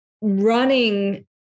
running